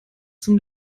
zum